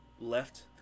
left